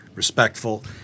Respectful